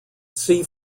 see